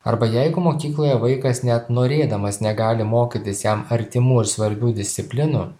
arba jeigu mokykloje vaikas net norėdamas negali mokytis jam artimų ir svarbių disciplinų